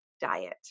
diet